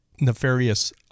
nefarious